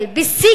בשיא כוחה,